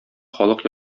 халык